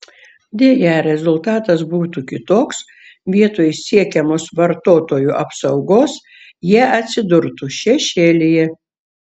deja rezultatas būtų kitoks vietoj siekiamos vartotojų apsaugos jie atsidurtų šešėlyje